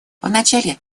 вначале